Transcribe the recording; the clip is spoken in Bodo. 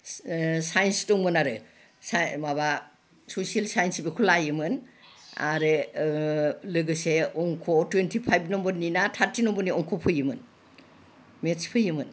साइन्स दंमोन आरो माबा ससियेल साइन्स बेखौ लायोमोन आरो लोगोसे अंख'आव टुइन्टिफाइभ नाम्बारनि ना थार्टि नाम्बारनि अंख' फैयोमोन मेथ्स फैयोमोन